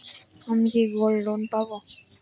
আমি কি gold loan পাবো?